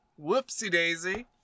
Whoopsie-daisy